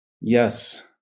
yes